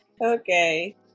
Okay